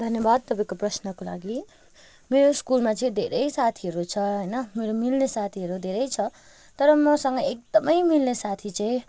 धन्यवाद तपाईँको प्रश्नको लागि मेरो स्कुलमा चाहिँ धेरै साथीहरू छ होइन मेरो मिल्ने साथीहरू धेरै छ तर मसँग एकदमै मिल्ने साथी चाहिँ